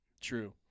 true